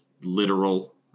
literal